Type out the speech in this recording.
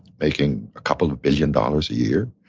making a couple of billion dollars a year.